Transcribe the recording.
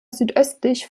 südöstlich